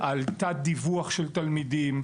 על תת דיווח של תלמידים.